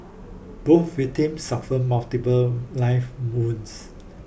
both victims suffered multiple knife wounds